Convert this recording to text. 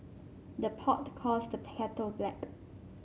the pot calls the kettle black